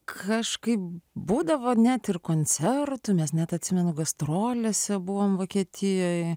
kažkaip būdavo net ir koncertų mes net atsimenu gastrolėse buvome vokietijoje